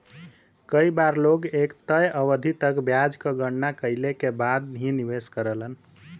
कई बार लोग एक तय अवधि तक ब्याज क गणना कइले के बाद ही निवेश करलन